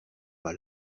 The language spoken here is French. pas